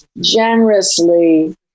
generously